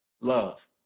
Love